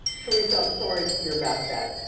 theresa i'm sorry to hear about that.